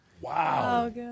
Wow